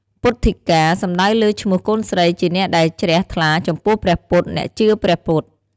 ពុទិ្ធកា សំដៅលើឈ្មោះកូនស្រីជាអ្នកដែលជ្រះថ្លាចំពោះព្រះពុទ្ធ អ្នកជឿព្រះពុទ្ធ។